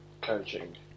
coaching